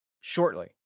shortly